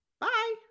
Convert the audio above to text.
Bye